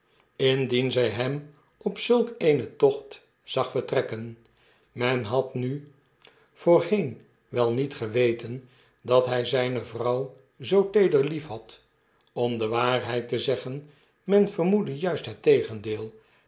indien zy hem op zulk eenen tocht zag vertrekken men had nu voorheen wel niet geweten dat hij zyne vrouw zoo teeder liefhad om de waarheid te zeggen men vermoedde juist het tegendeel